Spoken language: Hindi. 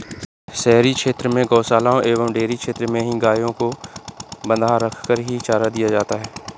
शहरी क्षेत्र में गोशालाओं एवं डेयरी क्षेत्र में ही गायों को बँधा रखकर ही चारा दिया जाता है